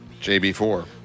JB4